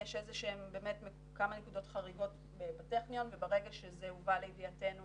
יש איזה שהן כמה נקודות חריגות בטכניון וברגע שזה הובא לידיעתנו